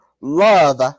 love